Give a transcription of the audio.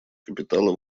капитала